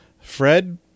Fred